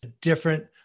different